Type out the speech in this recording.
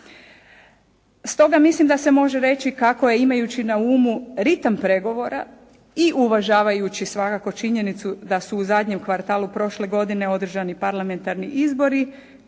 Stoga mislim da se može reći kako je imajući na umu ritam pregovora i uvažavajući svakako činjenicu da su u zadnjem kvartalu prošle godine održani parlamentarni izbori